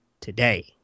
today